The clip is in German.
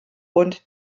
und